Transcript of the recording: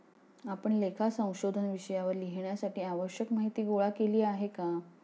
आपण लेखा संशोधन विषयावर लिहिण्यासाठी आवश्यक माहीती गोळा केली आहे का?